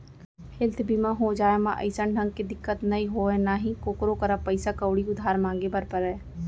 health बीमा हो जाए म अइसन ढंग के दिक्कत नइ होय ना ही कोकरो करा पइसा कउड़ी उधार मांगे बर परय